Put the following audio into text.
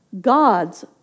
God's